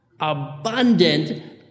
abundant